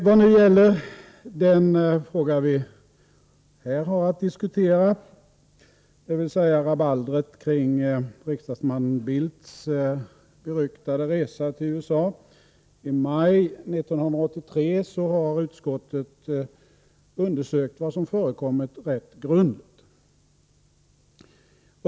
Vad gäller den fråga som vi här har att diskutera, dvs. rabaldret kring riksdagsman Bildts beryktade resa till USA i maj 1983, så har utskottet rätt grundligt undersökt vad som förekommit.